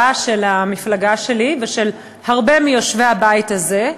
של המפלגה שלי ושל הרבה מיושבי הבית הזה,